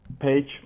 page